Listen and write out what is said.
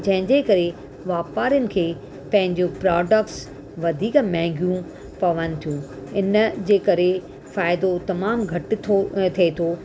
जंहिंजे करे वापारियुनि खे पंहिंजो प्रोडक्टस वधीक महांगियूं पवनि थियूं इन जे करे फ़ाइदो तमामु घटि थो अ थिए थो